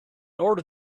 order